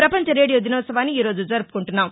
ప్రపంచ రేడియో దినోత్సవాన్ని ఈ రోజు జరుపుకుంటున్నాం